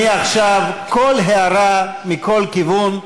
מעכשיו כל ההערה מכל כיוון,